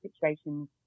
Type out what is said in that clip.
situations